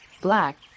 black